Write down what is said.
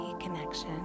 connection